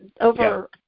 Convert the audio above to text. over